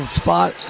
spot